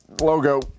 logo